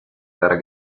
dar